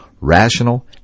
rational